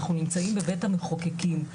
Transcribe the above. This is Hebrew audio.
אנחנו נמצאים בבית המחוקקים.